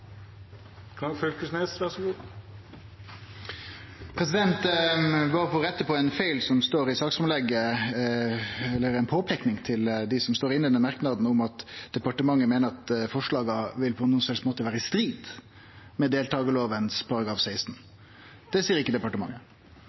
få rette på ein feil som står i saksframlegget, eller ei påpeiking til dei som står inne i merknaden om at departementet meiner at forslaga på nokon som helst måte vil vere i strid med deltakarloven § 16. Det seier ikkje departementet.